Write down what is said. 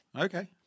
Okay